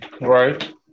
Right